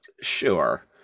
sure